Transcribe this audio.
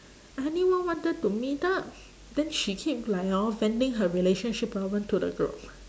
anyone wanted to meet up then she keep like hor venting her relationship problem to the group